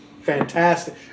fantastic